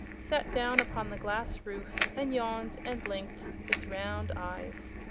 sat down upon the glass roof, and yawned and blinked its round eyes.